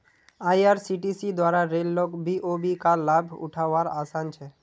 IRCTC द्वारा रेल लोक बी.ओ.बी का लाभ उठा वार आसान छे